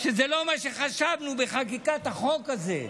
שזה לא מה שחשבנו בחקיקת החוק הזה,